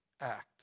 act